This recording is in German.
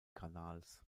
kanals